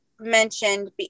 mentioned